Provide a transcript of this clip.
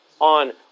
on